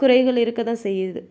குறைகள் இருக்க தான் செய்யுது